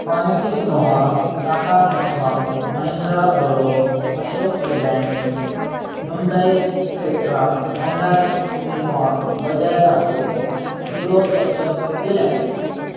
kinetic नोहा Tata Nexon Mahindra Bolero Ashok Leyland Hyundai केट्रा Honda Unicorn Bajaj auto Hero H F deluxe